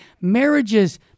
Marriages